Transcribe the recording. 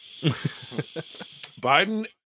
Biden